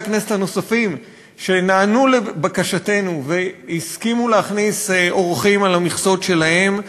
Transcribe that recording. הכנסת שנענו לבקשתנו והסכימו להכניס אורחים על המכסות שלהם,